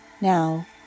Now